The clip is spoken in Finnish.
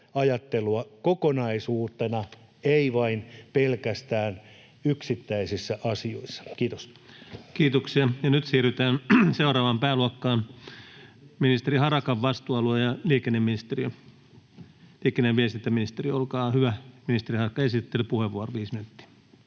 ajattelua kokonaisuutena, ei vain pelkästään yksittäisissä asioissa. — Kiitos. Kiitoksia. — Nyt siirrytään seuraavaan pääluokkaan, ministeri Harakan vastuualue, liikenne- ja viestintäministeriö. — Olkaa hyvä, ministeri Harakka, esittelypuheenvuoro, viisi minuuttia.